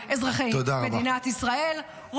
אזרחי מדינת ישראל.